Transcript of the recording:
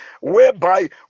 whereby